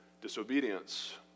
disobedience